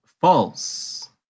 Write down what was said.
false